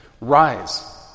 Rise